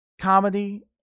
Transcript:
comedy